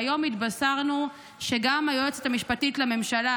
והיום התבשרנו שגם היועצת המשפטית לממשלה